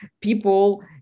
people